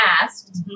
asked